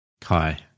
Kai